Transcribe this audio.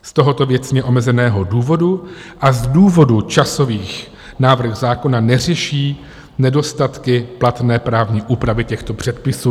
Z tohoto věcně omezeného důvodu a z důvodu časových návrh zákona neřeší nedostatky platné právní úpravy těchto předpisů.